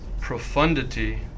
profundity